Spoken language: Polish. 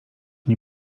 nie